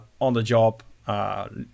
on-the-job